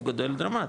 הוא גודל דרמטית,